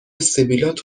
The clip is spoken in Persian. سبیلات